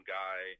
guy